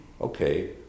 Okay